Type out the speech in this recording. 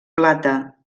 plata